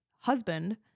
husband